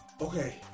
Okay